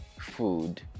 food